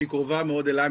שהיא קרובה מאוד אליי,